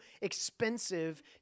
expensive